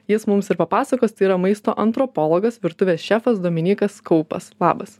jis mums ir papasakos tai yra maisto antropologas virtuvės šefas dominykas kaupas labas